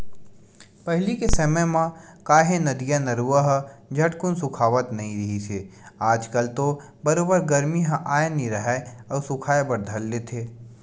पहिली के समे म काहे नदिया, नरूवा ह झटकून सुखावत नइ रिहिस हे आज कल तो बरोबर गरमी ह आय नइ राहय अउ सुखाय बर धर लेथे